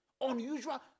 Unusual